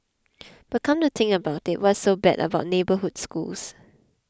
but come to think about it what's so bad about neighbourhood schools